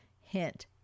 Hint